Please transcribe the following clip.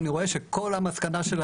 אני רואה שכל המסקנה...